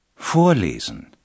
Vorlesen